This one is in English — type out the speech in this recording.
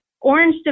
orange